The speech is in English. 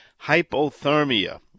hypothermia